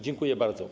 Dziękuję bardzo.